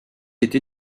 été